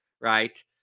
right